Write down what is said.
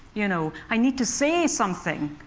you know, i need to say something.